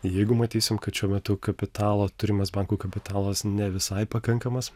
jeigu matysim kad šiuo metu kapitalo turimas banko kapitalas ne visai pakankamas